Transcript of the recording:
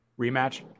Rematch